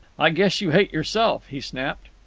i guess you hate yourself! he snapped.